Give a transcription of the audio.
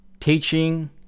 teaching